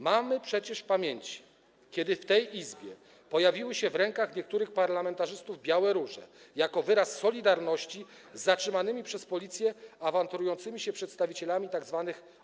Mamy przecież w pamięci to, kiedy w tej Izbie pojawiły się w rękach niektórych parlamentarzystów białe róże jako wyraz solidarności z zatrzymanymi przez policję awanturującymi się przedstawicielami tzw.